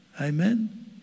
Amen